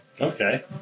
okay